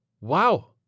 Wow